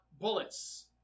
bullets